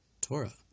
torah